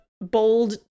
bold